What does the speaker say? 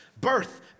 Birth